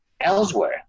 elsewhere